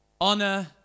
honor